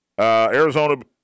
Arizona